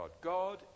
God